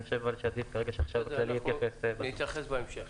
עדיף שנתייחס בהמשך.